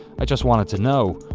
i just wanted to know,